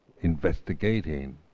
investigating